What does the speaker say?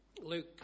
Luke